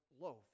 loaf